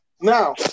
Now